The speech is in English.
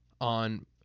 on